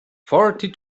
forty